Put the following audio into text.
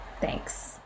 Thanks